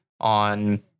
on